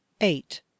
eight